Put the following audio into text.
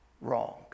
wrong